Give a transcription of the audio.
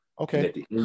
Okay